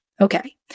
Okay